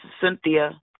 Cynthia